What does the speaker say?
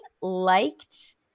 liked –